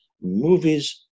movies